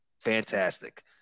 Fantastic